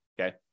okay